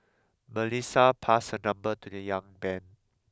Melissa passed her number to the young man